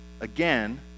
Again